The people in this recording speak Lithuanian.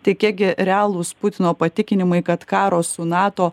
tai gi kiek realūs putino patikinimai kad karo su nato